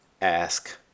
ask